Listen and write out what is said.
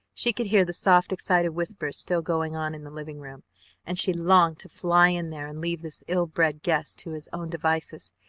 she could hear the soft excited whispers still going on in the living-room and she longed to fly in there and leave this ill-bred guest to his own devices,